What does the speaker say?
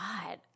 God